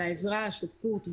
על העזרה והשותפות,